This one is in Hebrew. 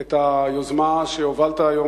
את היוזמה שהובלת היום,